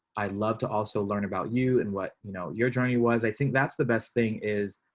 i love to also learn about you and what you know your journey was i think that's the best thing is